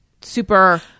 super